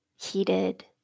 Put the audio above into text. Heated